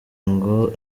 ngo